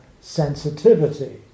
sensitivity